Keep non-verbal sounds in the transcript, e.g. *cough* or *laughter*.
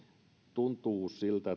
tuntuu siltä *unintelligible*